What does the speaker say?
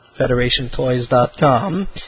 Federationtoys.com